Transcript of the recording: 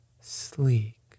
Sleek